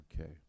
Okay